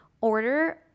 order